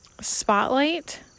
spotlight